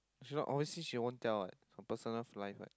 she not obviously she won't tell what her personal life what